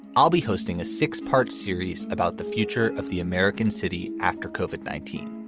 i'll be hosting a six part series about the future of the american city after kovik, nineteen.